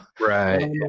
Right